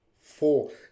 Four